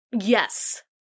Yes